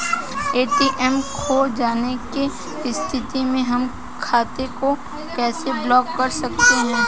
ATM खो जाने की स्थिति में हम खाते को कैसे ब्लॉक कर सकते हैं?